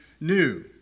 new